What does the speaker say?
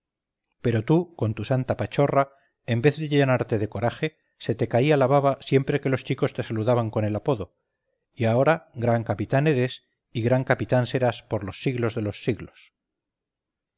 pero tú con tu santa pachorra en vez de llenarte de coraje se te caía la baba siempre que los chicos te saludaban con el apodo y ahora gran capitán eres y gran capitán serás por los siglos de los siglos